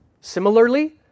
Similarly